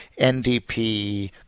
NDP